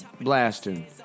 Blasting